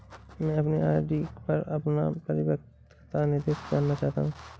मैं अपने आर.डी पर अपना परिपक्वता निर्देश जानना चाहती हूँ